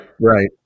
right